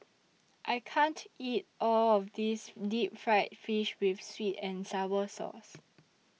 I can't eat All of This Deep Fried Fish with Sweet and Sour Sauce